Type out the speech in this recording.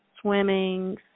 swimming